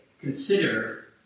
consider